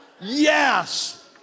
yes